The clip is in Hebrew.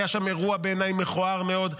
היה שם אירוע שבעיניי היה מכוער מאוד.